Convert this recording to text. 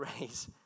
raise